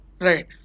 right